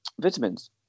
vitamins